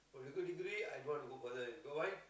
for a good degree i don't want to go further you know why